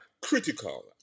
critical